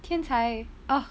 天才 ugh